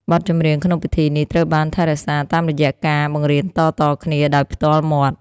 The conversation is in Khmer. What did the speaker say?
បទចម្រៀងក្នុងពិធីនេះ ត្រូវបានថែរក្សាតាមរយៈការបង្រៀនតៗគ្នាដោយផ្ទាល់មាត់។